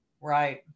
Right